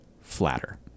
flatter